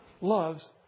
loves